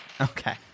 Okay